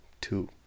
two